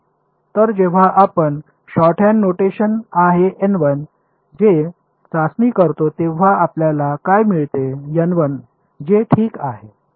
तर जेव्हा आपण शॉर्टहँड नोटेशन आहे जे चाचणी करतो तेव्हा आपल्याला काय मिळते जे ठीक आहे